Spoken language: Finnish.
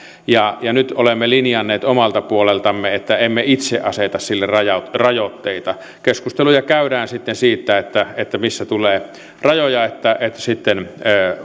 ja ja nyt olemme linjanneet omalta puoleltamme että emme itse aseta sille rajoitteita keskusteluja käydään sitten siitä missä tulee rajoja eli sitten